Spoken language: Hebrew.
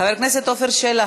חבר הכנסת עפר שלח,